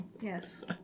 Yes